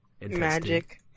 magic